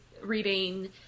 reading